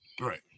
Right